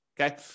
okay